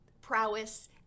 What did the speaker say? prowess